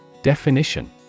Definition